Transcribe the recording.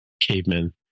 cavemen